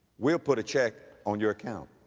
we'll put a check on your account.